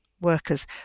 workers